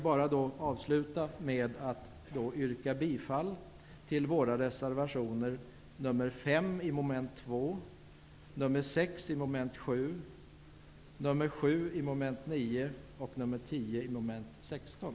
Jag vill avsluta med att yrka bifall till våra reservationer nr 5 i mom. 2, nr 6 i mom. 7, nr 7 i mom. 9 och nr 10 i mom. 16.